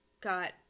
got